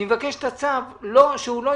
אני מבקש שהצו לא יסתיים